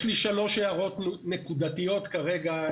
יש לי שלוש הערות נקודתיות כרגע.